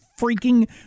freaking